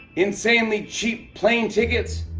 insanely cheap plane tickets.